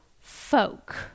folk